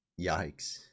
Yikes